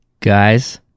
Guys